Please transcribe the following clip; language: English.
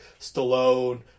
Stallone